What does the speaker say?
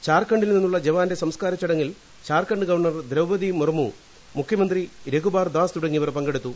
ഝാർഖണ്ഡിൽ നിന്നുള്ള ജവാന്റെ സംസ്കാര ചടങ്ങിൽ ഝാർഖണ്ഡ് ഗവർണർ ദ്രൌപതി മുർമു മുഖ്യമന്ത്രി രഘുബാർ ദാസ് തുടങ്ങിയവർ പങ്കെടുത്തു